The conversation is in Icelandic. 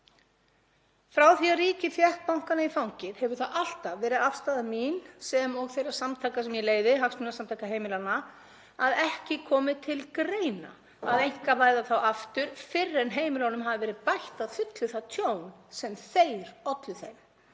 Frá því að ríkið fékk bankana í fangið hefur það alltaf verið afstaða mín sem og þeirra samtaka sem ég leiði, Hagsmunasamtaka heimilanna, að ekki komi til greina að einkavæða þá aftur fyrr en heimilunum hafi verið bætt að fullu það tjón sem þeir ollu þeim